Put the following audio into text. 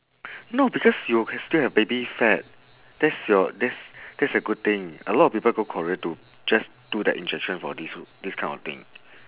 no because you have still have baby fat that's your that's that's a good thing a lot of people go korea to just do the injection for this this kind of thing